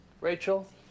Rachel